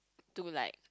to like